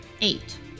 Eight